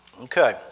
Okay